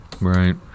right